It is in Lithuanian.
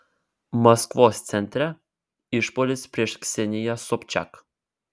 maskvos centre išpuolis prieš kseniją sobčiak